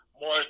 more